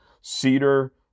Cedar